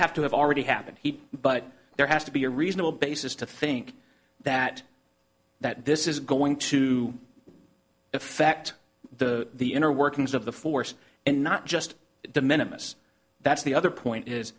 have to have already happened he but there has to be a reasonable basis to think that that this is going to effect the the inner workings of the force and not just de minimus that's the other point is